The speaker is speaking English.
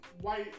white